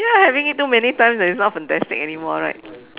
ya having it too many times that is not fantastic anymore right